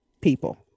People